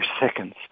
seconds